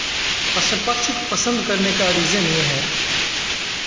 पक्षी पसंद करने का रीज़न ये है